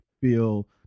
feel